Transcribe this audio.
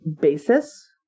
basis